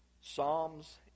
Psalms